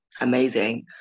amazing